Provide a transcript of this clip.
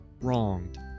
wronged